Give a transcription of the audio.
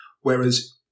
Whereas